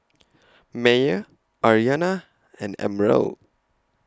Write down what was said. Meyer Aryanna and Emerald